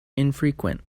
infrequent